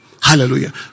Hallelujah